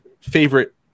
favorite